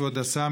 כבוד השר,